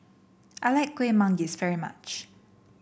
I like Kuih Manggis very much